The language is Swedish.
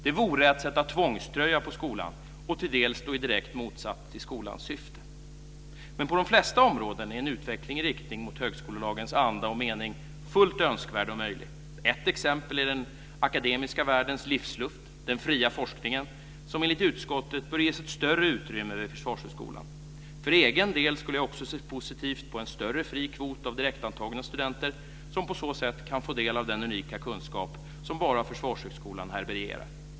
Det vore att sätta tvångströja på skolan och till del stå i direkt motsats till skolans syfte. Men på de flesta områden är en utveckling i riktning mot högskolelagens anda och mening fullt önskvärd och möjlig. Ett exempel är den akademiska världens livsluft - den fria forskningen - som enligt utskottet bör ges ett större utrymme vid Försvarshögskolan. För egen del skulle jag också se positivt på en större fri kvot av direktantagna studenter, som på så sätt kan få del av den unika kunskap som bara Försvarshögskolan härbärgerar.